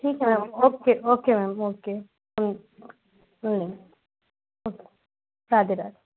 ठीक है ma'am okay okay ma'am okay okay Radhe Radhe